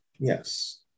Yes